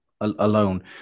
alone